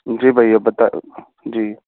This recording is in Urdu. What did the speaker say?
جی بھیا بتا جی